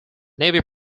navy